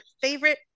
favorite